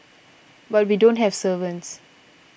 but we don't have servants